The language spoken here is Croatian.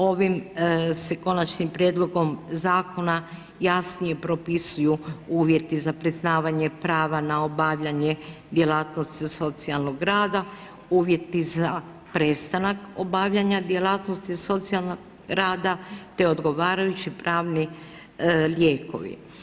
Ovim se se Konačnim prijedlogom Zakona jasnije propisuju uvjeti za priznavanje prava na obavljanje djelatnosti socijalnog rada, uvjeti za prestanak obavljanja djelatnosti socijalnog rada, te odgovarajući pravni lijekovi.